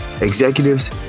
executives